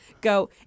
go